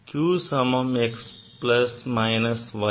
q சமம் x plus minus y